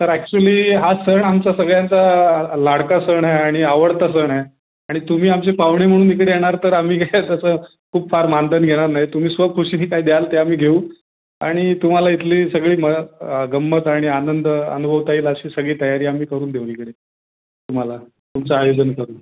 sir actually हा सण आमच्या सगळ्यांचा लाडका सण आहे आणि आवडता सण आहे आणि तुम्ही आमचे पाहुणे म्हणून इकडे येणार तर आम्ही काय तसं खूप फार मानधन घेणार नाही तुम्ही स्वखुशीने काही द्याल ते आम्ही घेऊ आणि तुम्हाला इथली सगळे म गंमत आणि आनंद अनुभवता येईल अशी सगळी तयारी आम्ही करून देऊ इकडे तुम्हाला तुमचं आयोजन करून